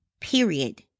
period